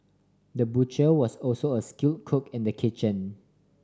the butcher was also a skill cook in the kitchen